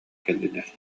кэллилэр